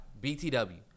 BTW